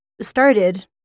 started